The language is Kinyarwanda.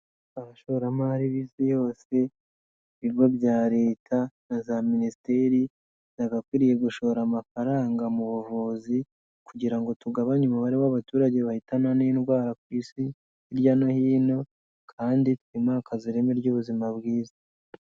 Abashoramari b'isi yose ibigo bya leta na za minisiteri byagakwiriyeye gushora amafaranga mu buvuzi, kugira ngo tugabanye umubare w'abaturage bahitanwa n'indwara ku isi hirya no hino kandi twimakaza ireme ry'ubuzima bwiza.